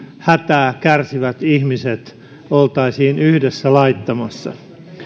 hätää kärsivät ihmiset oltaisiin yhdessä laittamassa